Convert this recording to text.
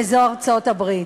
וזו ארצות-הברית.